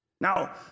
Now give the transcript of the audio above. Now